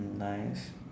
mm nice